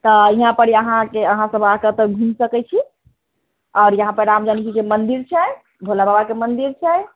तऽ इहाँ परी अहाँके अहाँ सब आके एतऽ घूम सकैत छी आओर यहाँ पर रामजानकीके मन्दिर छै भोलाबाबाके मन्दिर छै